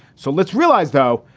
so let's realize, though,